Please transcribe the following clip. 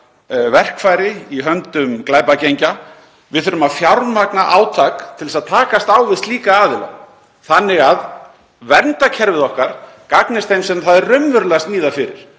verkfæri í höndum glæpagengja. Við þurfum að fjármagna átak til að takast á við slíka aðila þannig að verndarkerfið okkar gagnist þeim sem það er raunverulega smíðað fyrir,